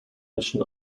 mission